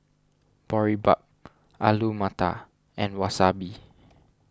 Boribap Alu Matar and Wasabi